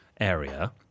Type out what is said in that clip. area